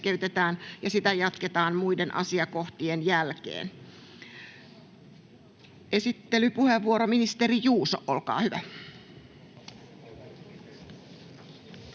ja sitä jatketaan muiden asiakohtien jälkeen. — Esittelypuheenvuoro, ministeri Juuso, olkaa hyvä.